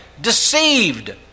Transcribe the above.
deceived